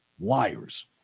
liars